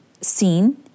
seen